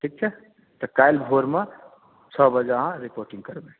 ठीक छै तऽ काल्हि भोर मे छओ बजे अहाँ रिपोर्टिंग करबै